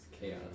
Chaos